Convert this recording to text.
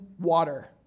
water